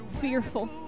fearful